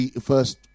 first